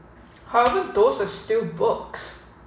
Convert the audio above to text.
so those are still books